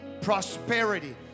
prosperity